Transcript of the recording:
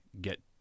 get